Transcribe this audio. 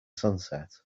sunset